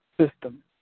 system